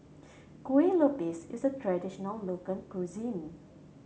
Kuih Lopes is a traditional local cuisine